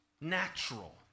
natural